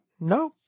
no